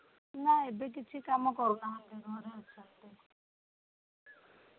ନା ଏବେ କିଛି କାମ କରୁନାହାନ୍ତି ଘରେ ଅଛନ୍ତି